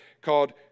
called